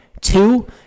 Two